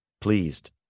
pleased